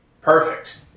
perfect